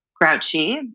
grouchy